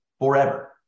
forever